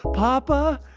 papa!